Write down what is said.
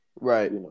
Right